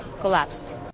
collapsed